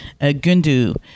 Gundu